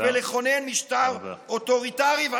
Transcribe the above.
ולכונן משטר אוטוריטרי.